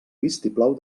vistiplau